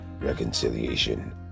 reconciliation